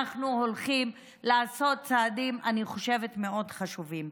אני חושבת שאנחנו הולכים לעשות צעדים מאוד חשובים.